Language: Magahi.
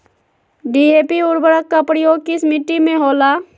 डी.ए.पी उर्वरक का प्रयोग किस मिट्टी में होला?